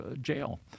jail